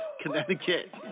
Connecticut